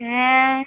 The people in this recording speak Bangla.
হ্যাঁ